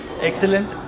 excellent